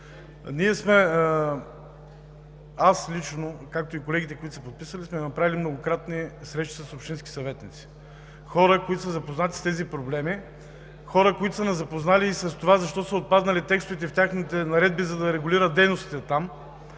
Аз лично, както и колегите, които са се подписали, сме правили многократно срещи с общински съветници, с хора, които са запознати с тези проблеми, хора, които са ни запознали и с това защо са отпаднали текстовете в техните наредби, за да регулират дейностите там.